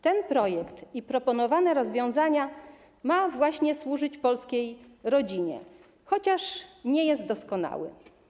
Ten projekt i proponowane rozwiązania mają właśnie służyć polskiej rodzinie, chociaż nie są doskonałe.